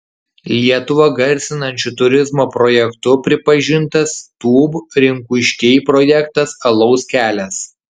lietuvą garsinančiu turizmo projektu pripažintas tūb rinkuškiai projektas alaus kelias